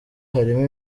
harimo